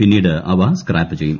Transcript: പിന്നീട് അവ സ്ക്രാപ്പ് ചെയ്യും